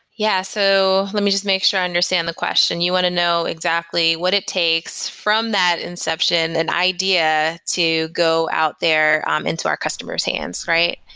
yeah. so let me just make sure i understand the question. you want to know exactly what it takes from that inception and idea to go out there um into our customers' hands, right?